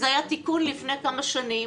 והיה תיקון לפני כמה שנים,